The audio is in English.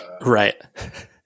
Right